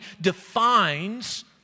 defines